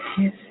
yes